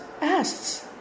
asks